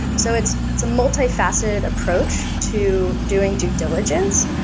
so it's it's a multifaceted approach to doing due diligence,